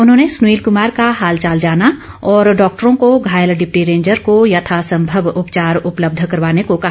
उन्होंने सुनील कुमार का हाले चाल जाना और डॉक्टरों को घायल डिप्टी रेंजर को यथासम्भव उपचार उपलब्ध करवाने को कहा